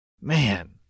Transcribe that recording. Man